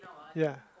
ya